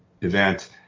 event